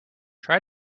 try